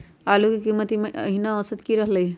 आलू के कीमत ई महिना औसत की रहलई ह?